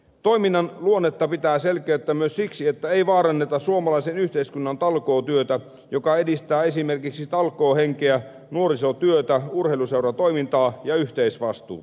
toiminnan luonnetta pitää selkeyttää myös siksi että ei vaaranneta suomalaisen yhteiskunnan talkootyötä joka edistää esimerkiksi talkoohenkeä nuorisotyötä urheiluseuratoimintaa ja yhteisvastuuta